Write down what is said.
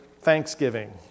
Thanksgiving